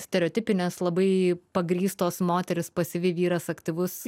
stereotipinės labai pagrįstos moteris pasyvi vyras aktyvus